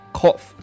cough